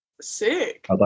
sick